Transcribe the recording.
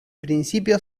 principio